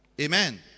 Amen